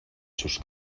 sus